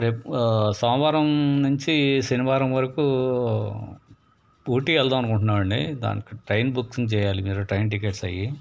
రేపు సోమవారం నుంచి శనివారం వరకు ఊటీ వెళ్దాం అనుకుంటున్నామండి దానికి ట్రైన్ బుక్కింగ్ చేయాలి మీరు ట్రైన్ టికెట్స్ అయ్యి